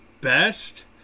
best